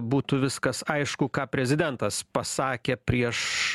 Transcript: būtų viskas aišku ką prezidentas pasakė prieš